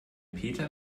peter